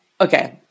okay